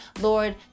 Lord